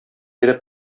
бирә